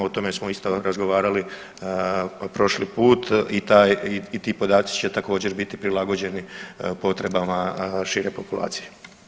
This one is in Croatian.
O tome smo isto razgovarali prošli put i taj, i ti podaci će također biti prilagođeni potrebama šire populacije.